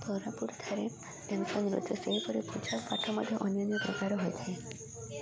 କୋରାପୁଟ ଠାରେ ସେହିପରି ପୂଜା ପାଠ ମଧ୍ୟ ଅନ୍ୟ ପ୍ରକାର ହୋଇଥାଏ